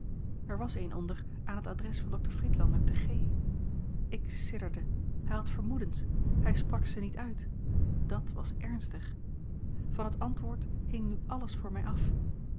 er was een onder aan het adres van dr friedlander te g ik sidderde hij had vermoedens hij sprak ze niet uit dat was ernstig van het antwoord hing nu a l g bosboom-toussaint langs een omweg alles voor mij af